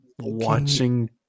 watching